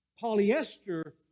polyester